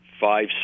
five